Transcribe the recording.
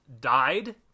died